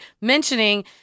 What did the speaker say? mentioning